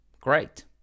great